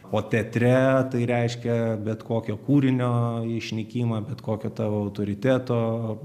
o teatre tai reiškia bet kokio kūrinio išnykimą bet kokio tavo autoriteto